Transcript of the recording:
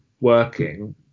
working